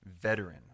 veteran